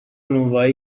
نونوایی